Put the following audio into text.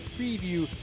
preview